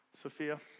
Sophia